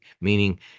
meaning